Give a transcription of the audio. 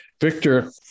Victor